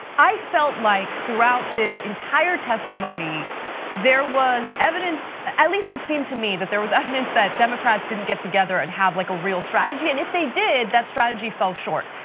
i felt like throughout this entire testimony there was evidence. at least it seemed to me that there was evidence that democrats didn't get together, and have like a real strategy, and if they did that strategy fell short.